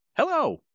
hello